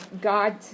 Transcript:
god